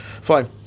Fine